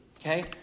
Okay